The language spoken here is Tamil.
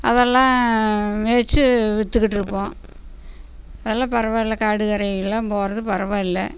அதெல்லாம் மேய்ச்சு விற்றுக்கிட்டு இருப்போம் அதல்லாம் பரவாயில்லை காடு கரைகள் எல்லாம் போகறது பரவாயில்லை